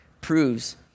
proves